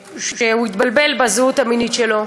שהתבלבל בזהות המינית שלו,